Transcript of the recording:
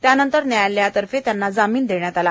त्यानंतर न्यायालयातर्फे त्यांना जामिन देण्यात आला